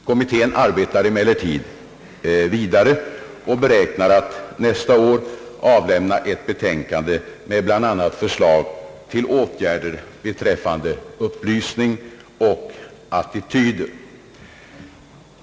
Kommittén arbetar emellertid vidare och beräknar att nästa år avlämna ett betänkande med bl.a. förslag till åtgärder beträffande upplysning och attityder.